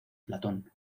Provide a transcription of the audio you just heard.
platón